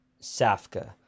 Safka